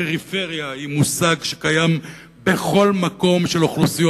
פריפריה היא מושג שקיים בכל מקום של אוכלוסיות